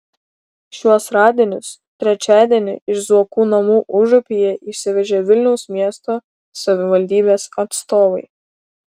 šiuos radinius trečiadienį iš zuokų namų užupyje išsivežė vilniaus miesto savivaldybės atstovai